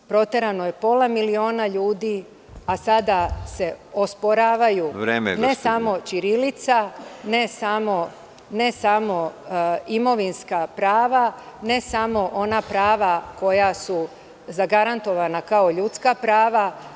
Proterano je pola miliona ljudi, a sada se osporavaju ne samo ćirilica, ne samo imovinska prava, ne samo ona prava koja su zagarantovana kao ljudska prava.